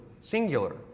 singular